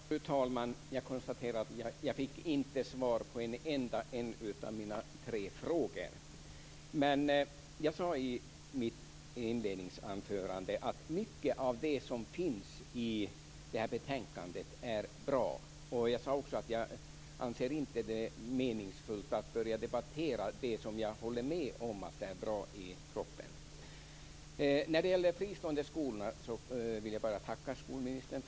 Fru talman! Jag konstaterar att jag inte fick svar på en enda av mina tre frågor. Jag sade i mitt inledningsanförande att mycket av det som finns i det här betänkandet är bra och att jag inte anser det meningsfullt att debattera det som jag håller med om i propositionen. När det gäller de fristående skolorna vill jag bara tacka skolministern.